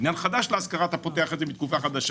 בבניין חדש להשכרה, אתה פותח את זה מתקופה חדשה.